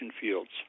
fields